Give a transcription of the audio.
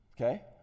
Okay